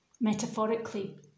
metaphorically